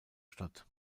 statt